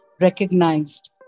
recognized